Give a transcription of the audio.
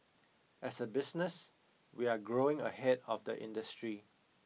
as a business we're growing ahead of the industry